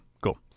cool